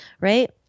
Right